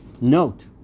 note